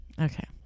Okay